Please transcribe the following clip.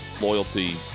loyalty